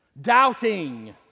doubting